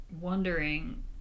wondering